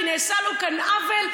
כי נעשה לו כאן עוול,